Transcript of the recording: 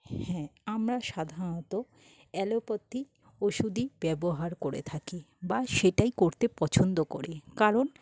হ্যাঁ আমরা সাধারণত অ্যালোপ্যাথি ওষুধই ব্যবহার করে থাকি বা সেটাই করতে পছন্দ করে কারণ